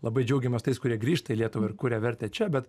labai džiaugiamės tais kurie grįžta į lietuvą ir kuria vertę čia bet